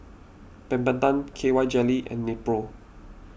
Peptamen K Y Jelly and Nepro